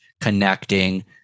connecting